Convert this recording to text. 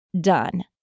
done